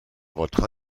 votre